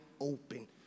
open